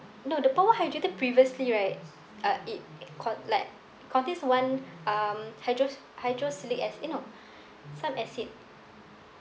no the power hydrator previously right uh it con~ like contains one um hydros~ hydroxylic eh no some acid